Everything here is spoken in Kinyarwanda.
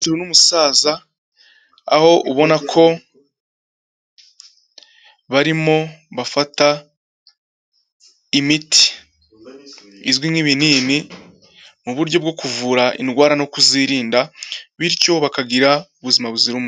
Umukecuru n'umusaza, aho ubona ko barimo bafata imiti izwi nk'ibinini mu buryo bwo kuvura indwara no kuzirinda, bityo bakagira ubuzima buzira umuze.